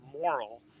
moral